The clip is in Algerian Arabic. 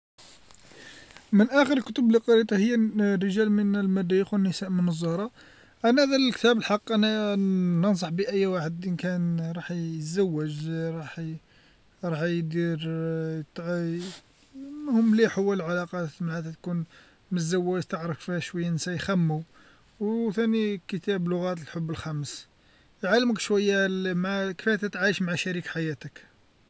من اخر الكتب اللي قريتها هي الرجال من المريخ والنساء من الزهرة، انا ذا لكتاب الحق أنا ننصح بيه اي واحد ان كان راح يتزوج راح يدير راح يدير المهم مليح هو العلاقات مع تكون مزوج تعرف شوية نسا يخمو، أو ثاني كتاب لغات الحب الخمس، نعلمك شوية مع كفاه تتعايش مع شريك حياتك.